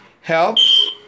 helps